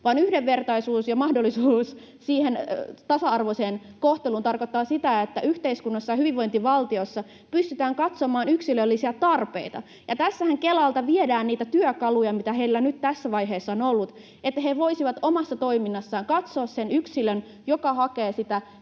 yhdenvertaisuus ja mahdollisuus tasa-arvoiseen kohteluun tarkoittaa sitä, että yhteiskunnassa ja hyvinvointivaltiossa pystytään katsomaan yksilöllisiä tarpeita. Ja tässähän Kelalta viedään niitä työkaluja, mitä heillä nyt tässä vaiheessa on ollut, että he voisivat omassa toiminnassaan katsoa sen yksilön, joka hakee sitä,